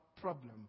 problem